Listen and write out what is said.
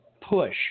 push